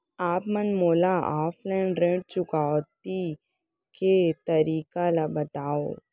आप मन मोला ऑफलाइन ऋण चुकौती के तरीका ल बतावव?